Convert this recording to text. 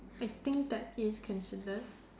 I think that is considered